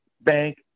Bank